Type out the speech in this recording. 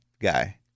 guy